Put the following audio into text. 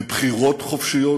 בבחירות חופשיות.